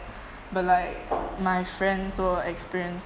but like my friends who experience